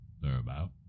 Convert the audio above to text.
thereabout